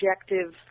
objective